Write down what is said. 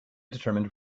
determined